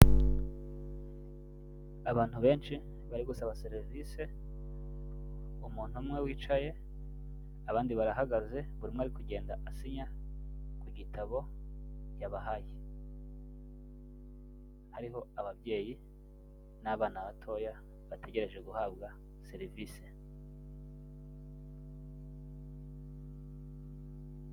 Abantu benshi bari gusaba serivisi, umuntu umwe wicaye, abandi barahagaze buri umwe ari kugenda asinya mu gitabo yabahaye, hariho ababyeyi n'abana batoya bategereje guhabwa serivisi.